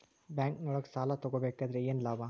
ಬ್ಯಾಂಕ್ನೊಳಗ್ ಸಾಲ ತಗೊಬೇಕಾದ್ರೆ ಏನ್ ಲಾಭ?